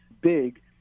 big